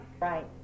Right